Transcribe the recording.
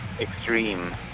extreme